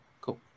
Cool